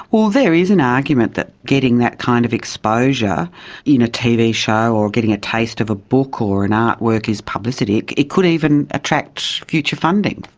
there is an argument that getting that kind of exposure in a tv show or getting a taste of a book or an artwork is publicity, it could even attract future funding.